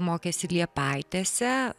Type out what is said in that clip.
mokėsi liepaitėse